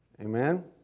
Amen